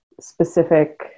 specific